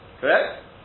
Correct